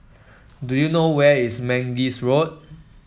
do you know where is Mangis Road